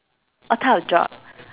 what type of job